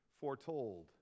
foretold